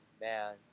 man